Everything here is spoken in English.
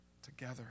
together